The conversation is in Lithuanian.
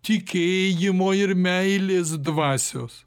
tikėjimo ir meilės dvasios